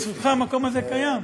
אז בזכותך המקום הזה קיים.